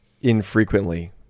infrequently